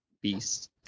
beast